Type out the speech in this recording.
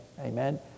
amen